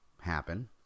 happen